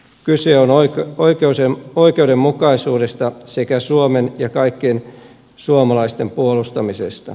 kyse on oikeudenmukaisuudesta sekä suomen ja kaikkien suomalaisten puolustamisesta